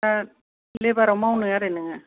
लेबाराव मावनो आरो नोङो